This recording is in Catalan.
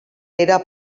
era